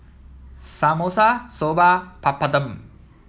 Samosa Soba Papadum